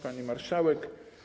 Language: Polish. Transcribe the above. Pani Marszałek!